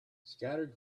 scattered